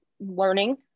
learning